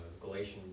Galatians